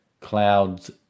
Clouds